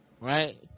Right